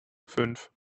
fünf